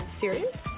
serious